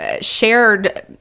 shared